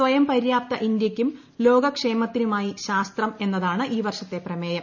സ്വയംപര്യാപ്ത ഇന്ത്യയ്ക്കും ലോക ക്ഷേമത്തിനുമായി ശാസ്ത്രം എന്നതാണ് ഈ വർഷത്തെ പ്രമേയം